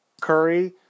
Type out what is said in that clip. curry